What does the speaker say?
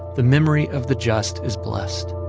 the memory of the just is blessed